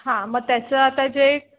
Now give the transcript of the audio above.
हां मग त्याचं आता जे